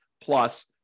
plus